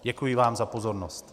Děkuji vám za pozornost.